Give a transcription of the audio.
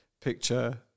picture